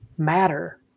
matter